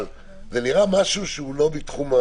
אבל זה נראה לי משהו לא נכון,